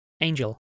Angel